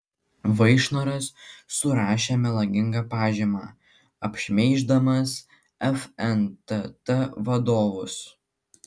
vaišnoras surašė melagingą pažymą apšmeiždamas fntt vadovus